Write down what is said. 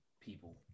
people